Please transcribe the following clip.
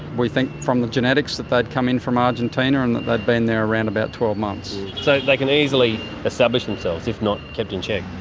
we think from the genetics that they'd come in from argentina and they'd been there for about twelve months. so they can easily establish themselves if not kept in check?